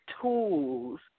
tools